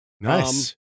Nice